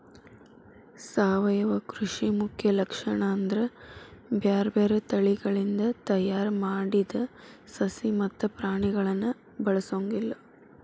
ಸಾವಯವ ಕೃಷಿ ಮುಖ್ಯ ಲಕ್ಷಣ ಅಂದ್ರ ಬ್ಯಾರ್ಬ್ಯಾರೇ ತಳಿಗಳಿಂದ ತಯಾರ್ ಮಾಡಿದ ಸಸಿ ಮತ್ತ ಪ್ರಾಣಿಗಳನ್ನ ಬಳಸೊಂಗಿಲ್ಲ